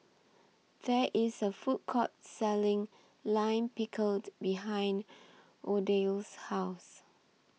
There IS A Food Court Selling Lime Pickled behind Odile's House